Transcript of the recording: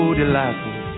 delightful